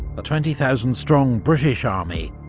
a twenty thousand strong british army,